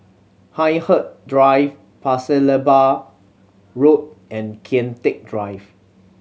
Hindhede Drive Pasir Laba Road and Kian Teck Drive